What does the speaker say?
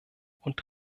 und